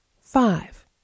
five